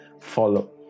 follow